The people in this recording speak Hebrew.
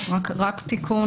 רק תיקון.